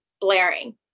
blaring